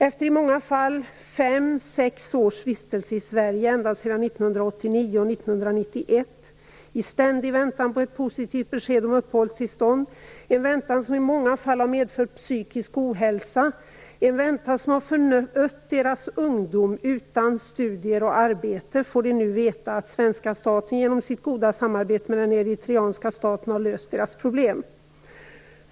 Efter i många fall fem sex års vistelse i Sverige från 1989 och 1991 i ständig väntan på ett positivt besked om uppehållstillstånd, en väntan som i många fall har medfört psykisk ohälsa och som har förött deras ungdom utan studier och arbete, får de nu veta att den svenska staten genom sitt goda samarbete med den eritreanska staten har löst deras problem.